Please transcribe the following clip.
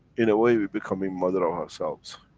in a way, we're becoming mother of ourselves.